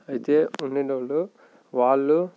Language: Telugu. అయితే ఉండినోళ్ళు వాళ్ళు